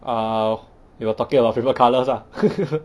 ah you where talking about favourite colours lah